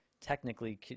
technically